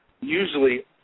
usually